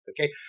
Okay